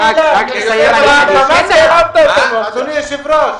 אדוני היושב-ראש,